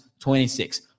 26